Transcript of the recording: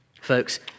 Folks